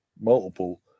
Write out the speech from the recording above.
multiple